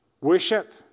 worship